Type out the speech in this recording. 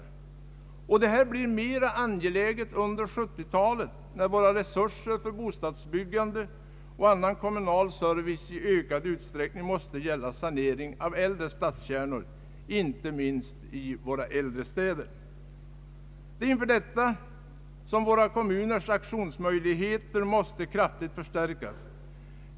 Detta blir alltmera angeläget under 1970-talet, när våra resurser för bostadsbyggande och annan kommunal service i ökad utsträckning måste gälla sanering av äldre stadskärnor, inte minst i våra äldre städer. Det är inför detta som våra kommuners aktionsmöjligheter måste kraftigt förstärkas.